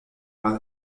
mal